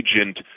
agent